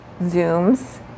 Zooms